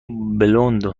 بلوند